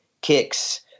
kicks